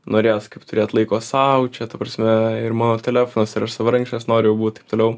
norėjos kaip turėt laiko sau čia ta prasme ir mano telefonas ir aš savarankiškas noriu jau būt toliau